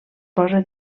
posa